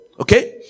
okay